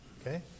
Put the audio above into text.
Okay